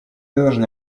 должны